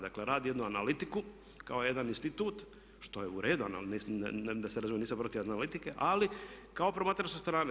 Dakle radi jednu analitiku kao jedan institut što je u redu, da se razumijemo nisam protiv analitike ali kao promatrač sa strane.